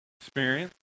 Experience